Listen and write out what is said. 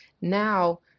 now